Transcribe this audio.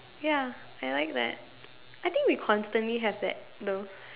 ya I like that I think we constantly have that though